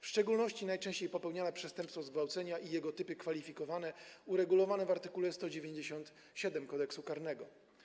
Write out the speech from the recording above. W szczególności chodzi tu o najczęściej popełniane przestępstwo zgwałcenia i jego typy kwalifikowane uregulowane w art. 197 Kodeksu karnego.